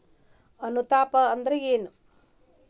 ಅನುಪಾತ ಅಂದ್ರ ಏನ್?